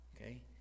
Okay